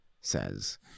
says